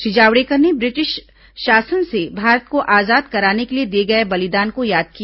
श्री जावड़ेकर ने ब्रिटिश शासन से भारत को आजाद कराने के लिए दिए गए बलिदान को याद किया